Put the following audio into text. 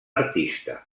artista